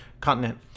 continent